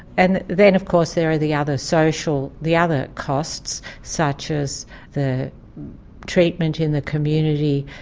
and then of course there are the other social. the other costs, such as the treatment in the community,